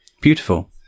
Beautiful